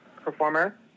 performer